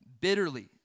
bitterly